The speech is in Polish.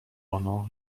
ono